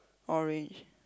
orange